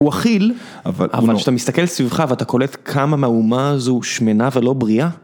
הוא אכיל, אבל כשאתה מסתכל סביבך ואתה קולט כמה מהאומה הזו שמנה ולא בריאה